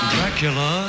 Dracula